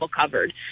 covered